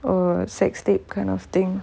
err sex tape kind of thing